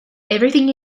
everything